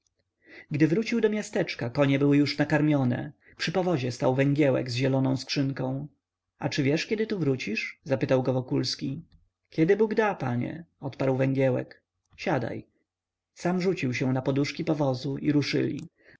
gdy wrócił do miasteczka konie już były nakarmione przy powozie stał węgiełek z zieloną skrzynką a czy wiesz kiedy tu wrócisz zapytał go wokulski kiedy bóg da panie odparł węgiełek siadaj sam rzucił się na poduszki powozu i ruszyli